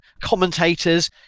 commentators